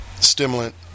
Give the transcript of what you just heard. stimulant